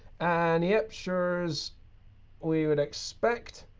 and, yep, sure as we would expect,